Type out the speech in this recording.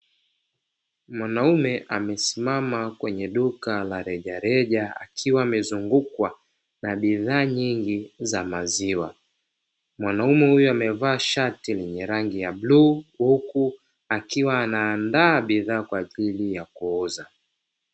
Mwanaume amesimama kwenye duka la rejareja akiwa amezungukwa na bidhaa nyingi za maziwa. Mwanaume huyo amevaa shati lenye rangi ya bluu, huku akiwa anandaa bidhaa Kwa ajili ya kuuza.